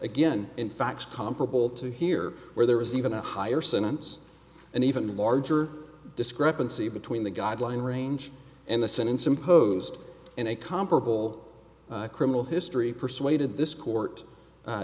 again in fact comparable to here where there was even a higher sentence and even larger discrepancy between the guideline range and the sentence imposed in a comparable criminal history persuaded this court